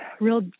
real